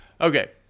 Okay